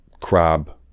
crab